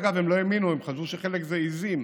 אגב, הם לא האמינו, הם חשבו שחלק זה עיזים.